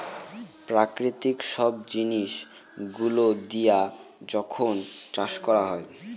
প্রাকৃতিক সব জিনিস গুলো দিয়া যখন চাষ করা হয়